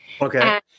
Okay